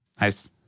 Nice